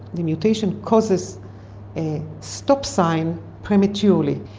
the mutation causes a stop sign prematurely.